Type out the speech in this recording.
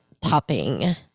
topping